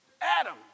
Adam